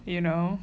you know